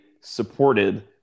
supported